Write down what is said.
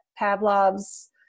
Pavlov's